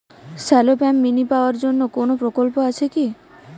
Shallow pump mini power জন্য কোনো প্রকল্প আছে কি?